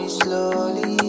slowly